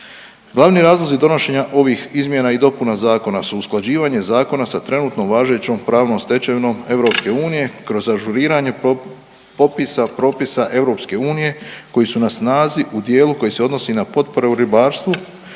Glavni razlozi donošenja ovih izmjena i dopuna zakona su usklađivanje zakona sa trenutno važećom pravnom stečevinom EU kroz ažuriranje popisa propisa EU koji su na snazi u dijelu koji se odnosi na potpore u ribarstvu